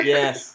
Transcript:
yes